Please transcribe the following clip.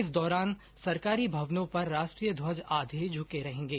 इस दौरान सरकारी भवनों पर राष्ट्रीय ध्वज आघे झुके रहेंगे